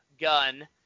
gun